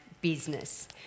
business